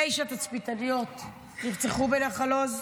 תשע תצפיתניות נרצחו בנחל עוז,